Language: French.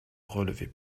relevait